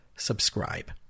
subscribe